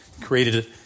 Created